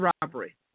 robbery